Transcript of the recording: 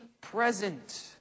present